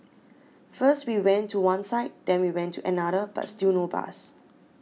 first we went to one side then we went to another but still no bus